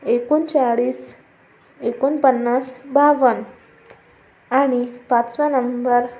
एकोणचाळीस एकोणपन्नास बावन्न आणि पाचवा नंबर